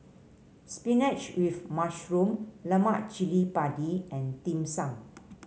spinach with mushroom Lemak Cili Padi and Dim Sum